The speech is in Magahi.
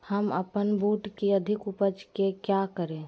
हम अपन बूट की अधिक उपज के क्या करे?